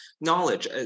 knowledge